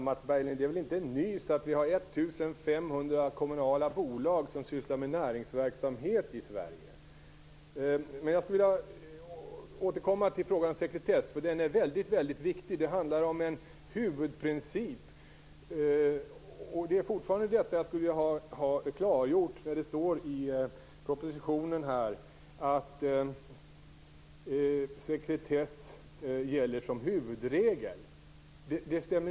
Herr talman! Det är väl inte nys, Mats Berglind, att vi har 1 500 kommunala bolag som sysslar med näringsverksamhet i Sverige? Jag skulle vilja återkomma till frågan om sekretess, eftersom den är väldigt viktig. Det handlar om en huvudprincip. Jag skulle fortfarande vilja ha klargjort det som står i propositionen om att sekretess gäller som huvudregel.